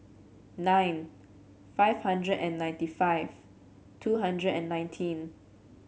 nine five hundred and ninety five two hundred and nineteen